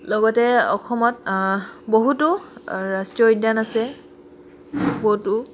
লগতে অসমত বহুতো ৰাষ্ট্ৰীয় উদ্যান আছে বহুতো